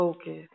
Okay